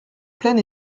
plein